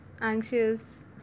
anxious